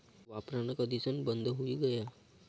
वापरान कधीसन बंद हुई गया